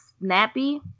snappy